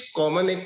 common